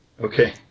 Okay